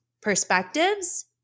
perspectives